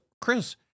Chris